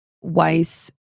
Weiss